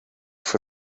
for